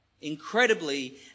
Incredibly